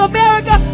America